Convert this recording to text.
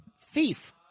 thief